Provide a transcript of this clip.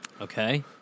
Okay